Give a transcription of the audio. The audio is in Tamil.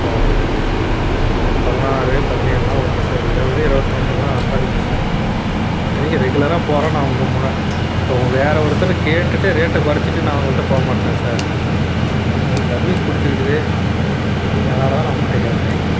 சார் ஒரு ஒரு பதினாறு பதினேலுனா ஓகே சார் இருபது இருவத் ரெண்டெல்லாம் ரொம்ப அதிகம் சார் இத்தனைக்கும் ரெகுலராக போகிறோம் நான் உங்கள் முன்னாடி இப்போ வேற ஒருத்தரை கேட்டுட்டு ரேட்டை கொறைச்சிட்டு நான் அவங்கள்ட்ட போக மாட்டானா சார் நம்ம உங்ககிட்ட சர்வீஸ் பிடிச்சிருக்குது நீங்கள் அதனால தான் நான் உங்ககிட்ட கேட்குறேன்